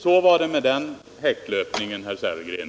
Så var det med den häcklöpningen.